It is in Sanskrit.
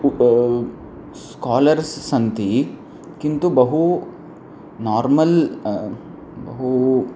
उप स्कालर्स् सन्ति किन्तु बहु नार्मल् बहु